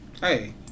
Hey